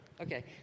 Okay